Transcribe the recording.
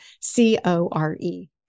C-O-R-E